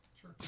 Sure